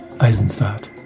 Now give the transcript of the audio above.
Eisenstadt